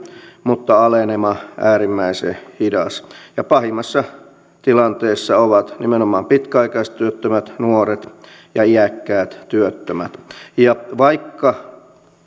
mutta alenema äärimmäisen hidas pahimmassa tilanteessa ovat nimenomaan pitkäaikaistyöttömät nuoret ja iäkkäät työttömät ja vaikka